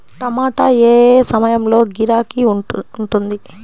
టమాటా ఏ ఏ సమయంలో గిరాకీ ఉంటుంది?